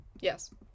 yes